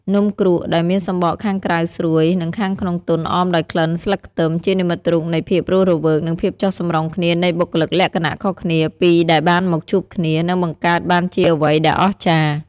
នំគ្រក់ ដែលមានសំបកខាងក្រៅស្រួយ និងខាងក្នុងទន់អមដោយក្លិនស្លឹកខ្ទឹម ជានិមិត្តរូបនៃភាពរស់រវើក និងភាពចុះសម្រុងគ្នានៃបុគ្គលិកលក្ខណៈខុសគ្នាពីរដែលបានមកជួបគ្នា និងបង្កើតបានជាអ្វីដែលអស្ចារ្យ។